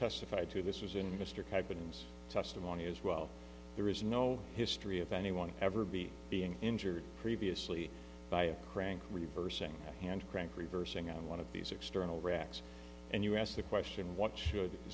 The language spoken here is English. testified to this is in mr cabins testimony as well there is no history of anyone ever beat being injured previously by a crank reversing hand crank reversing on one of these external racks and you ask the question what should the